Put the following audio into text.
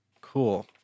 Cool